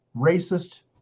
racist